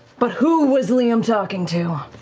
but who was liam talking to?